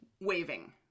waving